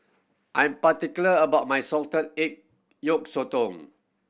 I'm particular about my salted egg yolk sotong